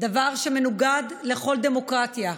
דבר שמנוגד לכל דמוקרטיה.